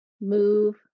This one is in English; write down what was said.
move